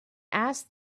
asked